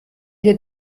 dir